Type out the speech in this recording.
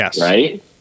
right